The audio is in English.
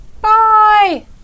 Bye